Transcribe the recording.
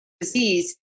disease